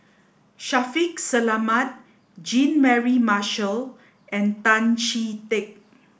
Shaffiq Selamat Jean Mary Marshall and Tan Chee Teck